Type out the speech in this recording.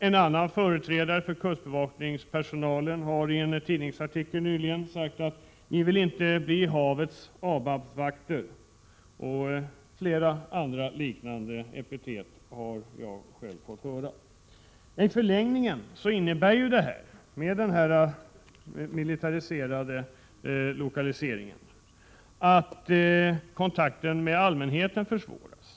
En annan företrädare för kustbevakningspersonalen har i en tidningsartikel nyligen sagt: Vi vill inte bli havets ABAB-vakter. Flera andra liknande epitet har jag själv fått höra. I förlängningen innebär samlokaliseringen med militären att kontakterna med allmänheten försvåras.